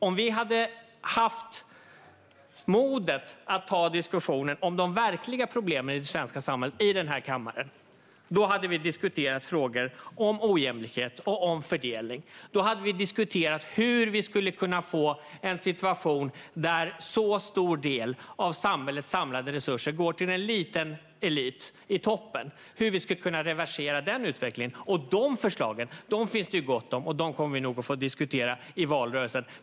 Om vi hade haft modet att ta diskussionen om de verkliga problemen i det svenska samhället i denna kammare hade vi diskuterat frågor om ojämlikhet och fördelning. Då hade vi diskuterat hur vi kan få en situation där vi reverserar den utveckling där en stor del av samhällets samlade resurser går till en liten elit i toppen. Dessa förslag finns det gott om, och dem kommer vi att få diskutera i valrörelsen.